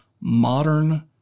modern